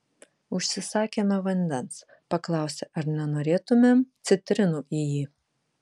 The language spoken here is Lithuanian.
užsisakėme vandens paklausė ar nenorėtumėm citrinų į jį